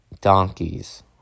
Donkey's